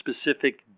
specific